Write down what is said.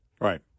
Right